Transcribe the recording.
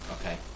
okay